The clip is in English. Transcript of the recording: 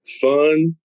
Fun